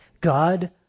God